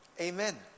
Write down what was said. Amen